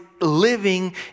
living